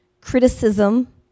criticism